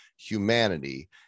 humanity